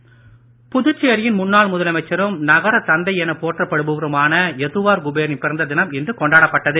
நாராயணசாமி புதுச்சேரியின் முன்னாள் முதலமைச்சரும் நகர தந்தை என போற்றப்படுபவருமான யதுவார் குபேரின் பிறந்த தினம் இன்று கொண்டாடப்பட்டது